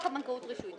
יש לי הערה